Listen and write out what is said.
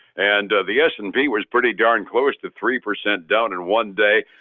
and the s and p was pretty darn close to three percent down in one day,